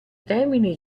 termini